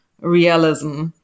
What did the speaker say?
realism